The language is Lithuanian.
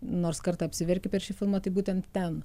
nors kartą apsiverki per šį filmą tai būtent ten